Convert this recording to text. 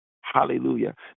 Hallelujah